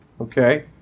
okay